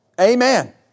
Amen